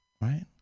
right